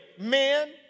men